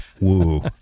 Woo